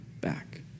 back